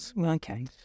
Okay